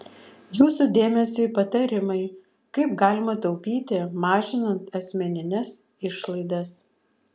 jūsų dėmesiui patarimai kaip galima taupyti mažinant asmenines išlaidas